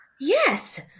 Yes